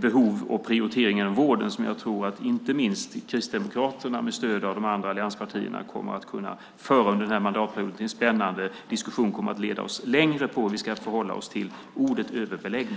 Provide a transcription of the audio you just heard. behov och prioriteringar inom vården, som inte minst Kristdemokraterna med stöd av de andra allianspartierna kommer att kunna föra under den här mandatperioden, innebär en spännande diskussion och kommer att leda oss längre när det gäller hur vi ska förhålla oss till ordet överbeläggning.